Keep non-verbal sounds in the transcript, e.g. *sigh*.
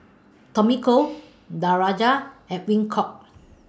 Tommy *noise* Koh Danaraj and Edwin Koek